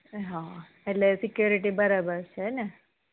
હ એટલે સિક્યુરિટી બરાબર છે હે ને